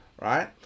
Right